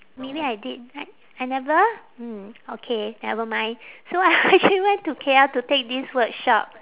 maybe I did right I never mm okay nevermind so I actually went to K_L to take this workshop